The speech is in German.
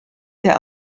der